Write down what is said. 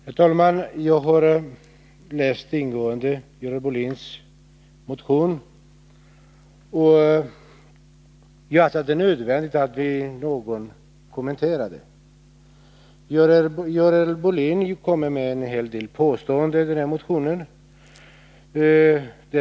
Herr talman! Jag har ingående läst Görel Bohlins motion, och jag anser det nödvändigt att något kommentera den. Görel Bohlin gör en hel del påståenden i motionen.